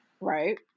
Right